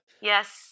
Yes